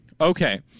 Okay